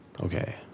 Okay